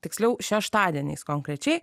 tiksliau šeštadieniais konkrečiai